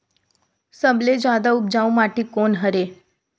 सबले जादा उपजाऊ माटी कोन हरे?